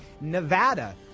Nevada